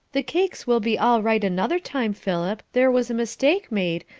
the cakes will be all right another time, philip there was a mistake made,